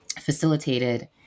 facilitated